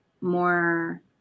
more